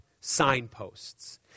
signposts